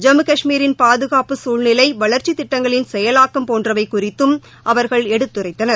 ஜம்மு கஷ்மீரின் பாதுகாப்பு சூழ்நிலை வளா்ச்சித் திட்டங்களின் செயலாக்கம் போன்றவை குறித்தும் அவர்கள் எடுத்துரைத்தனர்